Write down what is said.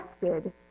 tested